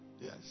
yes